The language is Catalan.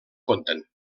conten